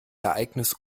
ereignis